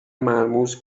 مرموز